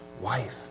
wife